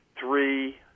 three